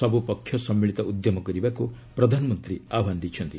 ସବୁ ପକ୍ଷ ସମ୍ମିଳିତ ଉଦ୍ୟମ କରିବାକୁ ପ୍ରଧାନମନ୍ତ୍ରୀ ଆହ୍ୱାନ ଦେଇଛନ୍ତି